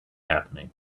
happening